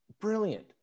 Brilliant